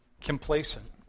complacent